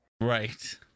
right